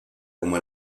como